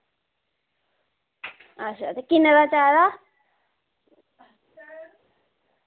अच्छा ते किन्ने दा चाहिदा